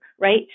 right